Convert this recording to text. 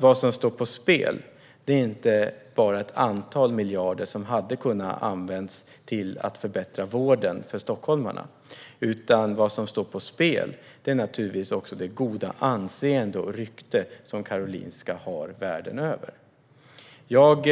Vad som står på spel är inte bara ett antal miljarder som hade kunnat användas till att förbättra vården för stockholmarna; vad som står på spel är naturligtvis också det goda anseende och rykte som Karolinska har världen över. Jag